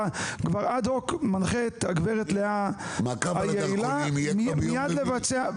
אתה אד-הוק מנחה את הגברת לאה היעילה מיד לבצע.